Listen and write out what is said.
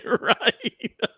right